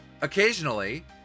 Occasionally